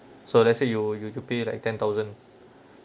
so let's say you you you pay like ten thousand